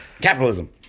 Capitalism